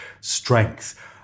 strength